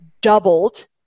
doubled